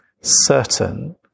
certain